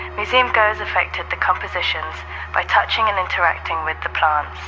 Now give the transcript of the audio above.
museum goers affected the compositions by touching and interacting with the plants.